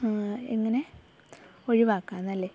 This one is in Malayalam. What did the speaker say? എങ്ങനെ ഒഴിവാക്കാന്നല്ലേ